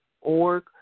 org